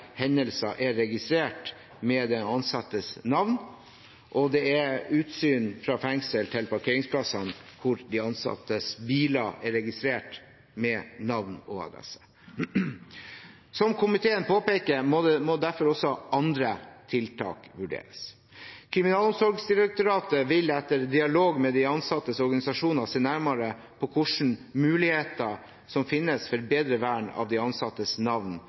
hendelser er registrert med den ansattes navn, og det er utsyn fra fengsel til parkeringsplassene der de ansattes biler er registrert med navn og adresse. Som komiteen påpeker, må derfor også andre tiltak vurderes. Kriminalomsorgsdirektoratet vil etter dialog med de ansattes organisasjoner se nærmere på hvilke muligheter som finnes for bedre vern av de